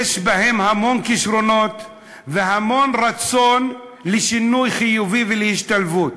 יש בהם המון כישרונות והמון רצון לשינוי חיובי ולהשתלבות.